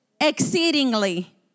exceedingly